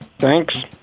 thanks